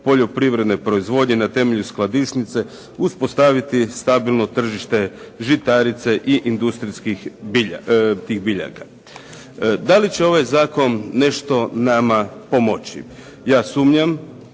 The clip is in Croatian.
poljoprivredne proizvodnje na temelju skladišnice, uspostaviti stabilno tržište žitarice i industrijskih biljaka. Da li će ovaj zakon nešto nama pomoći? Ja sumnjam,